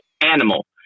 animal